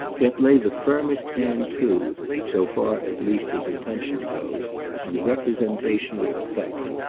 yet lay the firmest hand too so far at least as intention goes on representational effect.